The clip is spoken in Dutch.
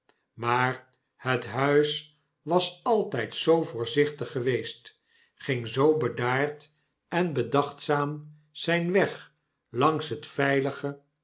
maar het huis was altijd zoo voorzichtig geweest ging zoo bedaard en bedachtzaam zyn weg langs het veilige